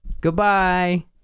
Goodbye